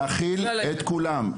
להכיל את כולם.